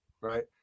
right